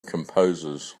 composers